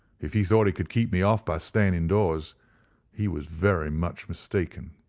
if he thought he could keep me off by staying indoors he was very much mistaken.